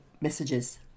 messages